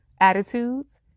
attitudes